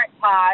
pod